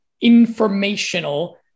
informational